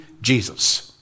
Jesus